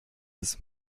ist